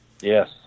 Yes